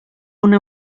una